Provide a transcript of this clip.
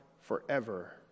forever